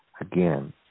Again